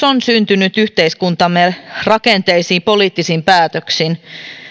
on syntynyt yhteiskuntamme rakenteisiin poliittisin päätöksin